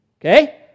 Okay